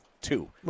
two